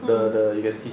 hmm